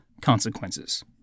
consequences